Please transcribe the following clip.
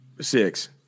six